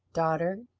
daughter!